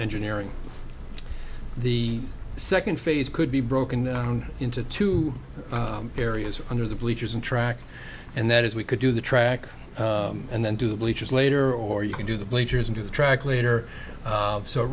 engineering the second phase could be broken down into two areas under the bleachers and track and that is we could do the track and then do the bleachers later or you can do the bleachers and do the track later so it